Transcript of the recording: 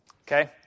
Okay